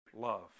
love